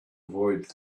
avoid